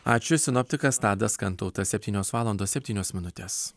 ačiū sinoptikas tadas kantautas septynios valandos septynios minutės